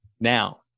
now